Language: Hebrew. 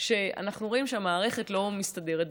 שאנחנו רואים שהמערכת לא מסתדרת,